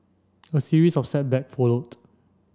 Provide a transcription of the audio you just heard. a series of setbacks followed